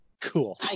Cool